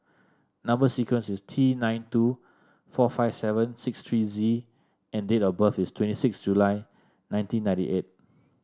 number sequence is T nine two four five seven six three Z and date of birth is twenty six July nineteen ninety eight